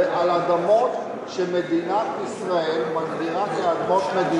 על אדמות שמדינת ישראל מגדירה כאדמות מדינה.